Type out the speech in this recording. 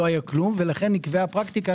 לכן נקבעה פרקטיקה